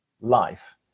life